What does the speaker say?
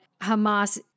Hamas